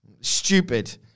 Stupid